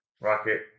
Rocket